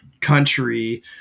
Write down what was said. country